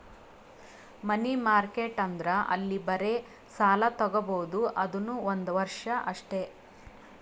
ಮನಿ market ಅಂದುರ್ ಅಲ್ಲಿ ಬರೇ ಸಾಲ ತಾಗೊಬೋದ್ ಅದುನೂ ಒಂದ್ ವರ್ಷ ಅಷ್ಟೇ